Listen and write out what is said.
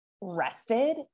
rested